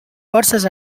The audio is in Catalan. forces